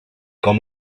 com